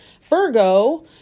Virgo